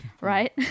right